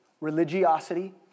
religiosity